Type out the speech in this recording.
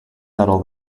settle